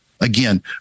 Again